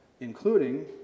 including